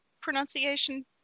pronunciation